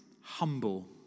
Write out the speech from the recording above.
humble